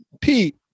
Pete